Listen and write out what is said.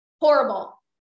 horrible